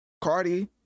Cardi